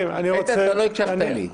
איתן, אתה לא הקשבת לי.